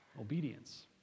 obedience